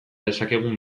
dezakegun